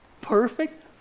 perfect